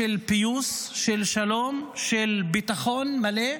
של פיוס, של שלום, של ביטחון מלא,